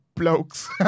blokes